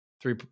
three